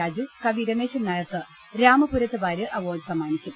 രാജു കവി രമേശൻ നായർക്ക് രാമപുരത്ത് വാര്യർ അവാർഡ് സമ്മാനി ക്കും